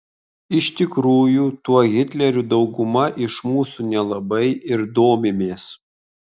iš tikrųjų tuo hitleriu dauguma iš mūsų nelabai ir domimės